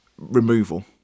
removal